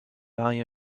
value